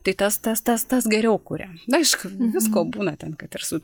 tai tas tas tas tas geriau kuria aišku visko būna ten kad ir su